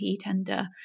tender